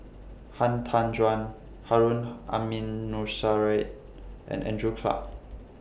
Han Tan Juan Harun Aminurrashid and Andrew Clarke